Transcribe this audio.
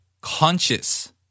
conscious